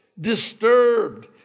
disturbed